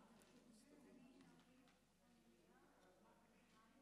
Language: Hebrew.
למזכירת הכנסת,